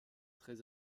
très